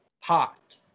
hot